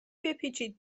بپیچید